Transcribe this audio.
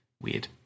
Weird